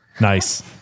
Nice